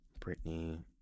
Britney